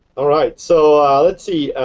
all right. so let's see.